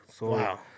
Wow